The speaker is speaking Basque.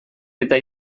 eta